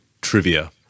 trivia